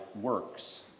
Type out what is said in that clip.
works